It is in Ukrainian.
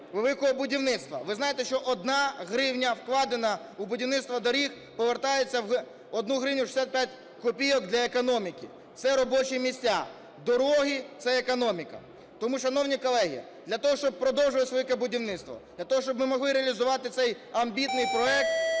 Ви знаєте, що 1 гривня, вкладена в будівництво доріг, повертається в 1 гривню 65 копійок для економіки. Це – робочі місця, дороги – це економіка. Тому, шановні колеги, для того, щоб продовжувати велике будівництво, для того, щоб ми могли реалізувати цей амбітний проект,